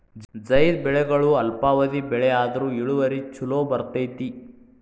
ಝೈದ್ ಬೆಳೆಗಳು ಅಲ್ಪಾವಧಿ ಬೆಳೆ ಆದ್ರು ಇಳುವರಿ ಚುಲೋ ಬರ್ತೈತಿ